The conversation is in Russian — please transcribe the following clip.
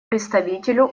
представителю